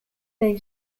day